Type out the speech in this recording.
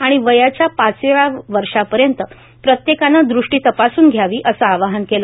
आणि वयाच्या पाचव्या वर्षापर्यंत प्रत्येकानं दृष्टी तपासून घ्यावी असं आवाहन केलं